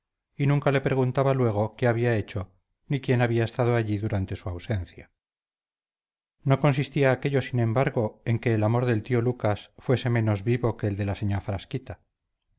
y nunca le preguntaba luego qué había hecho ni quién había estado allí durante su ausencia no consistía aquello sin embargo en que el amor del tío lucas fuese menos vivo que el de la señá frasquita